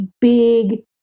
big